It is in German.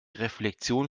reflexion